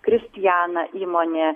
kristiana įmonė